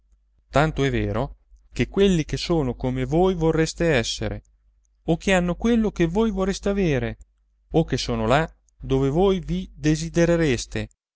tanto è vero che quelli che sono come voi vorreste essere o che hanno quello che voi vorreste avere o che sono là dove voi vi desiderereste